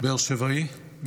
באר שבעי,